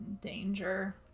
danger